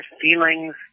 feelings